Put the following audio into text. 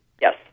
Yes